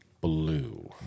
Blue